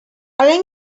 ale